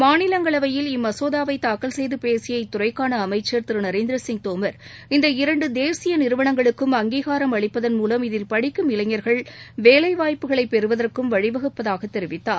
மாநிலங்களவையில் இம்மகோதாவை தாக்கல் செய்து பேசிய இத்துறைக்கான அமைச்சர் திரு நரேந்திரசிங் தோமர் இந்த இரண்டு தேசிய நிறுவனங்களுக்கும் அங்கீகாரம் அளிப்பதன் மூவம் இதில் படிக்கும் இளைஞர்கள் வேலை வாய்ப்புகளை பெறுவதற்கும் வழிவகுப்பதாகத் தெரிவித்தார்